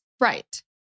Right